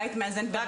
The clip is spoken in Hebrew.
בית מאזן ברחובות.